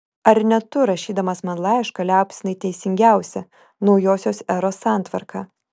ar ne tu rašydamas man laišką liaupsinai teisingiausią naujosios eros santvarką